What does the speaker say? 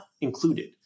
included